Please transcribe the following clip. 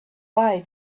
bye